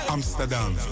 Amsterdam